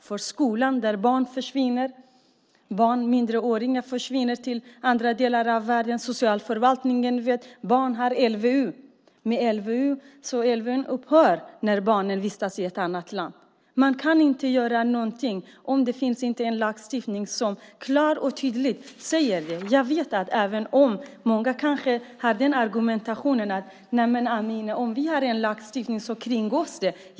I skolan försvinner minderåriga barn till andra delar av världen. Socialförvaltningen vet att LVU upphör när barn vistas i ett annat land. Man kan inte göra något om det inte finns en lagstiftning som klart och tydligt säger det. Många kanske argumenterar så här: Amineh, om vi har en lagstiftning så kringgås den.